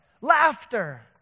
laughter